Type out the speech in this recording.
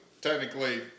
technically